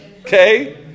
Okay